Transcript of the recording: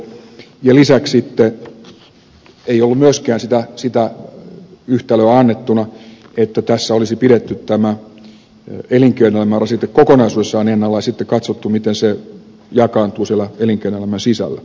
ja sitten ei ollut myöskään sitä yhtälöä annettuna että tässä olisi pidetty tämä elinkeinoelämän rasite kokonaisuudessaan ennallaan ja sitten katsottu miten se jakaantuu siellä elinkeinoelämän sisällä